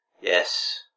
Yes